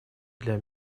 для